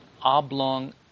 oblong